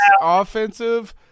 offensive